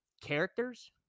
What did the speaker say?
characters